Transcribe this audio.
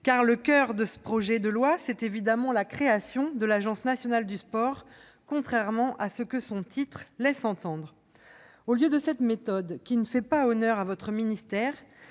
le coeur de ce projet de loi, c'est évidemment la création de l'Agence nationale du sport, contrairement à ce que son titre laissait entendre. Madame la ministre, cette méthode ne fait pas honneur à votre ministère.